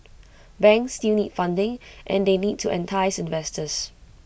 banks still need funding and they need to entice investors